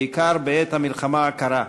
בעיקר בעת המלחמה הקרה.